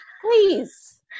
please